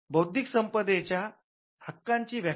बौद्धिक संपदेच्या हक्कांची व्याख्या